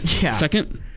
second